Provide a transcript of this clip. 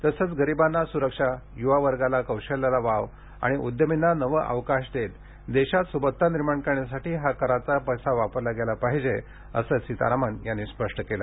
तसंच गरिबांना सुरक्षा युवा वर्गाला कौशल्याला वाव आणि उद्यमींना नवे अवकाश देत देशात सुबत्ता निर्माण करण्यासाठी हा कराचा पैसा वापरला गेला पाहिजे असं सितारामन यांनी स्पष्ट केलं